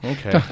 Okay